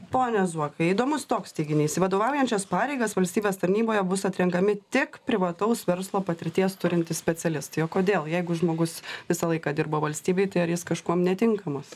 pone zuokai įdomus toks teiginys į vadovaujančias pareigas valstybės tarnyboje bus atrenkami tik privataus verslo patirties turintys specialistai o kodėl jeigu žmogus visą laiką dirbo valstybei tai ar jis kažkuom netinkamas